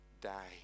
die